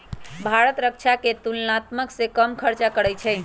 भारत रक्षा पर तुलनासे कम खर्चा करइ छइ